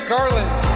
Garland